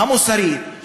המוסרית,